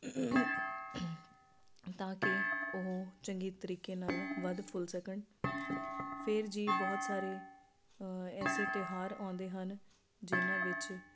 ਤਾਂ ਕਿ ਉਹ ਚੰਗੇ ਤਰੀਕੇ ਨਾਲ ਵੱਧ ਫੁੱਲ ਸਕਣ ਫਿਰ ਜੀ ਬਹੁਤ ਸਾਰੇ ਐਸੇ ਤਿਓਹਾਰ ਆਉਂਦੇ ਹਨ ਜਿਨ੍ਹਾਂ ਵਿੱਚ